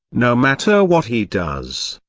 no matter what he does,